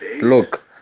Look